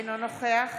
אדוני השר,